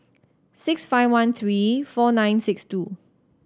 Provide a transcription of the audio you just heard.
six five one three four nine six two